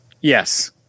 Yes